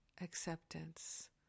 acceptance